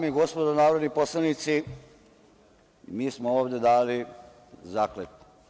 Dame i gospodo narodni poslanici, mi smo ovde dali zakletvu.